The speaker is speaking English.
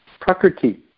prakriti